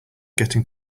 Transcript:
getting